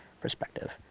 perspective